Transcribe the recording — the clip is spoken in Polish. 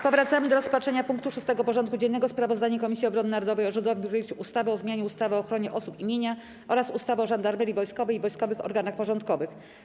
Powracamy do rozpatrzenia punktu 6. porządku dziennego: Sprawozdanie Komisji Obrony Narodowej o rządowym projekcie ustawy o zmianie ustawy o ochronie osób i mienia oraz ustawy o Żandarmerii Wojskowej i wojskowych organach porządkowych.